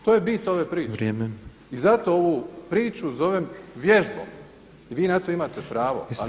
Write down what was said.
To je bi ove priče [[Upadica Petrov: Vrijeme.]] I zato ovu priču zovem vježbom i vi na to imate pravo,